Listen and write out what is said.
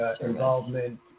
involvement